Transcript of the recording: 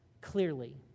clearly